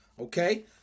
Okay